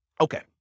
okay